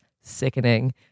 sickening